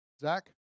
zach